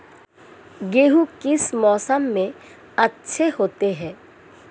गेहूँ किस मौसम में अच्छे होते हैं?